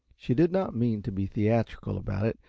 she did not mean to be theatrical about it,